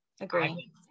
agree